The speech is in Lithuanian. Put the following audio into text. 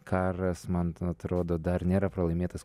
karas man atrodo dar nėra pralaimėtas